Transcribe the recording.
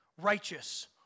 righteous